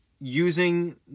using